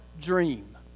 dream